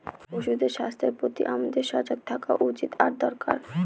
পশুদের স্বাস্থ্যের প্রতি আমাদের সজাগ থাকা উচিত আর দরকার